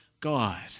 God